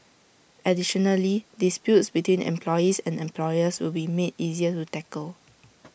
additionally disputes between employees and employers will be made easier to tackle